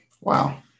Wow